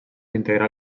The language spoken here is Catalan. integrar